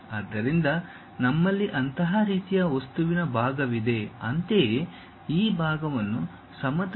ಆದ್ದರಿಂದ ನಮ್ಮಲ್ಲಿ ಅಂತಹ ರೀತಿಯ ವಸ್ತುವಿನ ಭಾಗವಿದೆ ಅಂತೆಯೇ ಈ ಭಾಗವನ್ನು ಸಮತಲದಿಂದ ಕತ್ತರಿಸಲಾಗುವುದಿಲ್ಲ